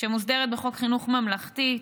שמוסדרת בחוק חינוך ממלכתי,